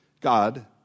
God